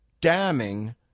damning